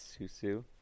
Susu